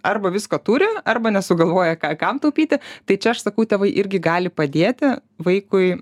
arba visko turi arba nesugalvoja ką kam taupyti tai čia aš sakau tėvai irgi gali padėti vaikui